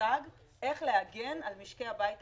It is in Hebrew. מושג איך להגן על משקי הבית החלשים,